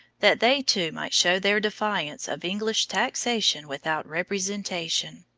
that they too might show their defiance of english taxation without representation.